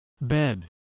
bed